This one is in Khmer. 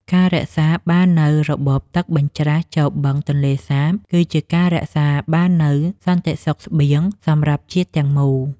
ការរក្សាបាននូវរបបទឹកបញ្ច្រាសចូលបឹងទន្លេសាបគឺជាការរក្សាបាននូវសន្តិសុខស្បៀងសម្រាប់ជាតិទាំងមូល។